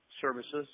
services